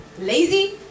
Lazy